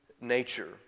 nature